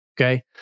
okay